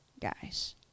guys